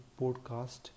podcast